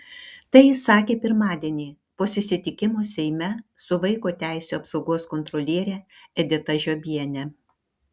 tai jis sakė pirmadienį po susitikimo seime su vaiko teisių apsaugos kontroliere edita žiobiene